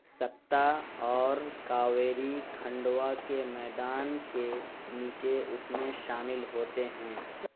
سکتہ اور کاویری کھنڈوا کے میدان کے نیچے اس میں شامل ہوتے ہیں